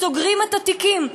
סוגרים את התיקים.